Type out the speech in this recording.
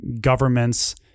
government's